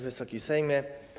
Wysoki Sejmie!